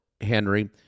Henry